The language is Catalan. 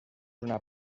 una